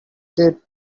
did